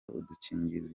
udukingirizo